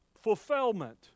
fulfillment